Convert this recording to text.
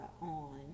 on